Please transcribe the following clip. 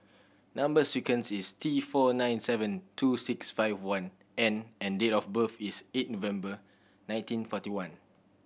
number sequence is T four nine seven two six five one N and date of birth is eight November nineteen forty one